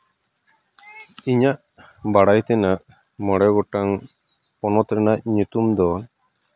ᱤᱧᱟᱹᱜ ᱵᱟᱲᱟᱭ ᱛᱮᱱᱟᱜ ᱢᱚᱬᱮ ᱜᱚᱴᱟᱝ ᱯᱚᱱᱚᱛ ᱨᱮᱱᱟᱝ ᱧᱩᱛᱩᱢ ᱫᱚ